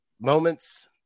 moments –